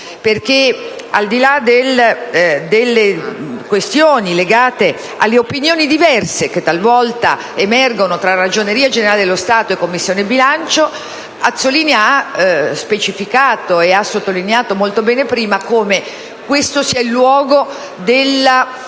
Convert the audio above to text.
Infatti, al di là delle questioni legate alle opinioni diverse che talvolta emergono tra Ragioneria generale dello Stato e Commissione bilancio, il presidente Azzollini ha specificato e ha sottolineato molto bene prima come questo sia il luogo